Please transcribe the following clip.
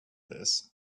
this